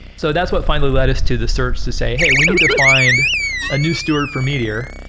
so that's what finally led us to the search to say, hey, we need to find a new steward for meteor.